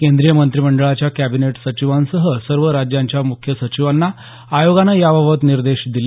केंद्रीय मंत्रिमंडळाच्या कॅबिनेट सचिवांसह सर्व राज्यांच्या मुख्य सचिवांना आयोगानं याबाबत निर्देश दिले